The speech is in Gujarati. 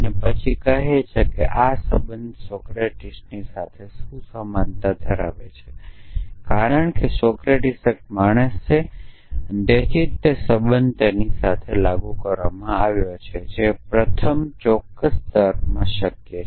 અને પછી કહી શકો કે આ સંબંધ સોક્રેટીસનો શું છે કારણ કે સોક્રેટીસ એક માણસ છે તેથી તે જ સંબંધ તેની સાથે લાગુ કરવામાં આવ્યો છે જે પ્રથમ ચોક્કસ તર્કમાં શક્ય છે